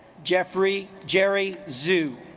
geoffrey jerry zoo